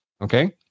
Okay